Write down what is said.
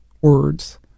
words